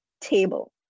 table